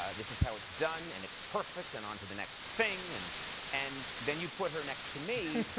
ah this is how it's done, and it's perfect, and on to the next thing. and and then you put her next to me,